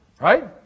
right